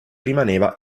rimaneva